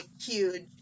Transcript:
huge